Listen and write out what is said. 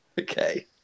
Okay